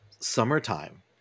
Summertime